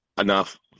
enough